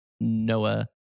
Noah